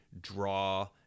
draw